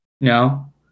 No